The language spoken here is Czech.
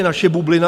Naše bublina?